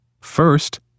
First